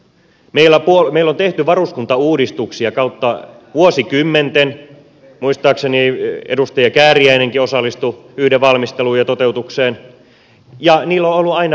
meillä on tehty varuskuntauudistuksia kautta vuosikymmenten muistaakseni edustaja kääriäinenkin osallistui yhden valmisteluun ja toteutukseen ja niillä on ollut aina vankka perusteensa